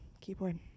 keyboard